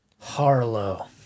Harlow